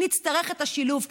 נצטרך את השילוב,